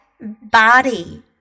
body